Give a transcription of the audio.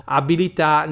abilità